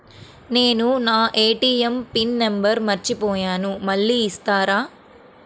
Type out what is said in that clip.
నేను నా ATM pin number మర్చిపోయాను మళ్ళీ ఇస్తారా?